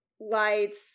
lights